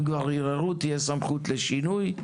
אם כבר ערערו, תהיה סמכות לשינוי.